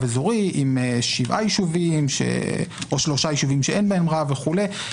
אזורי עם שבעה יישובים או שלושה יישובים שאין בהם רב וכו'.